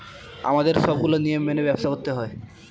আমাদের সবগুলো নিয়ম মেনে ব্যবসা করতে হয়